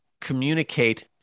communicate